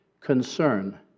concern